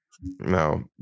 No